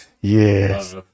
Yes